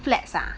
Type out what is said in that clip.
flats ah